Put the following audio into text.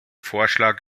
vorschlag